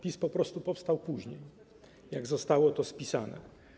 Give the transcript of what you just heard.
PiS po prostu powstał później, niż zostało to spisane.